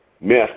Myth